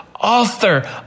author